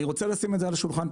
אני רוצה לשים על השולחן,